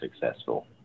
successful